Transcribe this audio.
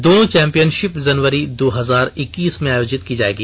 दोनों चैंपियनषिप जनवरी दो हजार इक्कीस में आयोजित की जायेगी